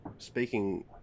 Speaking